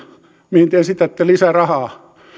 mihin te esitätte lisää rahaa